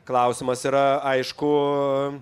klausimas yra aišku